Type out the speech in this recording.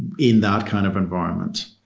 in that kind of environment?